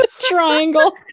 triangle